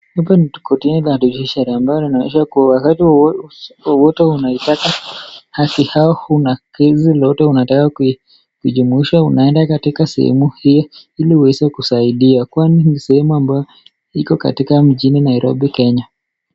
Hapa ni kortini ya Judiciary ambayo inaonyesha kuwa wakati wowote unapotaka au una kesi lolote unataka kujumuisha unaenda katika sehemu hiyo ili uweze kusaidiwa. Kwani ni sehemu ambayo iko katika mjini Nairobi, Kenya.